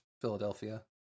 Philadelphia